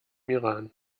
iran